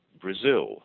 Brazil